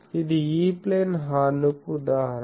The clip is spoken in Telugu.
ఇది E ప్లేన్ హార్న్ కు ఉదాహరణ